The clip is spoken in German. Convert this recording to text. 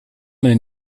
meine